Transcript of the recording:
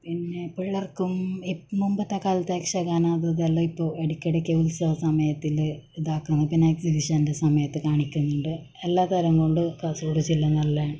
പിന്നെ പിള്ളേർക്കും മുമ്പത്തെക്കാലത്തെ യക്ഷഗാനം അതുമിതുമെല്ലാം ഇപ്പോൾ ഇടയ്ക്കിടയ്ക്ക് ഉത്സവസമയത്തിൽ ഇതാക്കുന്നു പിന്നെ എക്സിബിഷന്റെ സമയത്ത് കാണിക്കുന്നുണ്ട് എല്ലാ തരംകൊണ്ട് കാസർഗോഡ് ജില്ല നല്ലതാണ്